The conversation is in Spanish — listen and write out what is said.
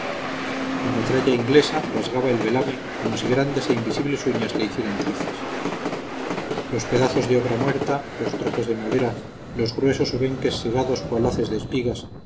la metralla inglesa rasgaba el velamen como si grandes e invisibles uñas le hicieran trizas los pedazos de obra muerta los trozos de madera los gruesos obenques segados cual haces de espigas